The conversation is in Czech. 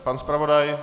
Pan zpravodaj?